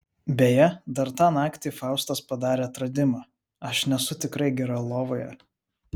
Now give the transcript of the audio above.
beje dar tą naktį faustas padarė atradimą aš nesu tikrai gera lovoje